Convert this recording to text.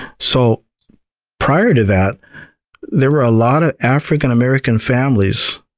so prior to that there were a lot of african-american families